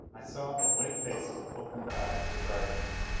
i saw a white face with opened eyes regarding me.